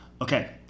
Okay